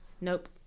Nope